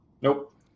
Nope